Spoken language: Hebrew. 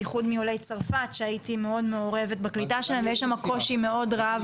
בייחוד מעולי צרפת שהייתי מאוד מעורבת בקליטה שלהם ויש שם קושי מאוד רב.